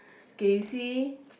okay you see